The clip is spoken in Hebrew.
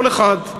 כל אחד.